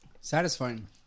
Satisfying